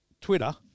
Twitter